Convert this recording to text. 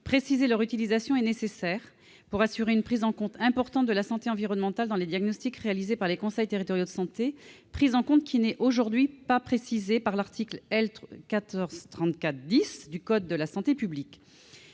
Préciser leur utilisation est nécessaire pour assurer une prise en compte importante de la santé environnementale dans les diagnostics réalisés par les conseils territoriaux de santé, une prise en compte qui ne figure pas aujourd'hui à l'article L. 1434-10 du code de la santé publique.